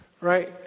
right